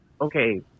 okay